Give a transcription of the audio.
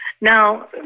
now